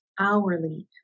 hourly